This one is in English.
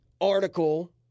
article